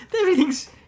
Everything's